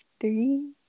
three